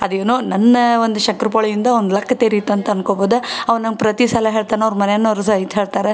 ಅದೇನೋ ನನ್ನ ಒಂದು ಶಂಕರ್ ಪೋಳೆಯಿಂದ ಅವ್ನ ಲಕ್ ತೆರಿತಂತ ಅಂದ್ಕೊಳ್ಬೋದು ಅಂವಾ ನಂಗೆ ಪ್ರತಿಸಲ ಹೇಳ್ತಾನೆ ಅವ್ರ ಮನೆಯೋರು ಸಹಿತ ಹೇಳ್ತಾರೆ